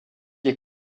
est